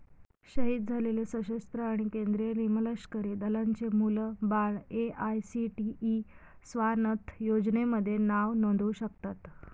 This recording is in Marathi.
शहीद झालेले सशस्त्र आणि केंद्रीय निमलष्करी दलांचे मुलं बाळं ए.आय.सी.टी.ई स्वानथ योजनेमध्ये नाव नोंदवू शकतात